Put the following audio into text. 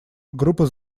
группа